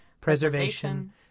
preservation